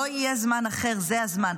לא יהיה זמן אחר, זה הזמן.